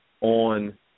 on